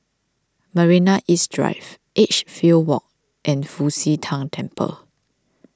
Marina East Drive Edgefield Walk and Fu Xi Tang Temple